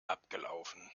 abgelaufen